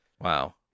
wow